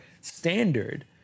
standard